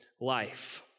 life